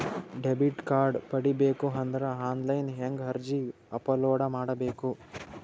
Debit card ಪಡಿಬೇಕು ಅಂದ್ರ online ಹೆಂಗ್ ಅರ್ಜಿ ಅಪಲೊಡ ಮಾಡಬೇಕು?